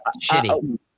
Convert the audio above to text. shitty